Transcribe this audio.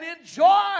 enjoy